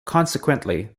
consequently